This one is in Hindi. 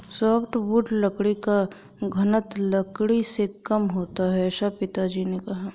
सॉफ्टवुड लकड़ी का घनत्व लकड़ी से कम होता है ऐसा पिताजी ने कहा